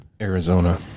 Arizona